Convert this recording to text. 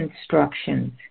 instructions